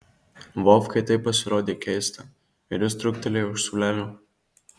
vovkai tai pasirodė keista ir jis trūktelėjo už siūlelio